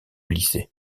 lycée